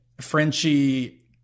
Frenchie